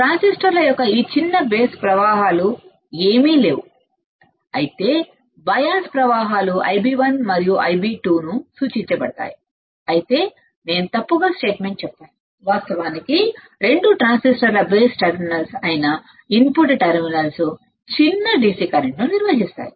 ట్రాన్సిస్టర్ల యొక్క ఈ చిన్న బేస్ కర్రెంట్లు ఏమీ లేవు అయితే బయాస్ కర్రెంట్లు Ib1 మరియు Ib2 గా సూచించబడతాయి అయితే నేను తప్పుగా ప్రకటనగా చెప్పాను వాస్తవానికి రెండు ట్రాన్సిస్టర్ల బేస్ టెర్మినల్స్ అయిన ఇన్పుట్ టెర్మినల్స్ చిన్న DC కరెంట్ను నిర్వహిస్తాయి